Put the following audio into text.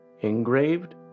engraved